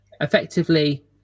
effectively